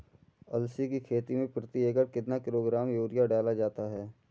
अलसी की खेती में प्रति एकड़ कितना किलोग्राम यूरिया डाला जाता है?